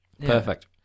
Perfect